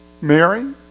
Mary